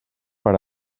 per